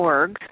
Org